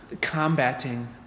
combating